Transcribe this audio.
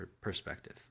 perspective